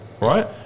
Right